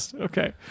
okay